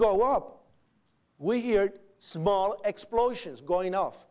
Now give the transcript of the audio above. go up we hear small explosions going off